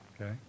okay